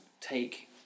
take